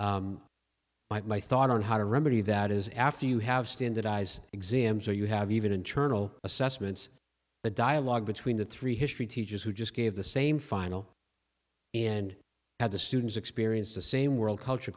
my thought on how to remedy that is after you have standardized exams or you have even internal assessments the dialogue between the three history teachers who just gave the same final and had the students experience the same world culture